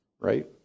right